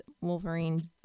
Wolverine